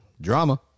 Drama